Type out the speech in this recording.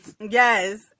Yes